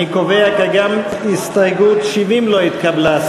אני קובע כי גם הסתייגות 70 לא התקבלה.